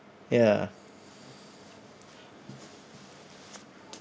ya